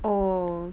oh